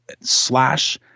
slash